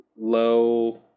low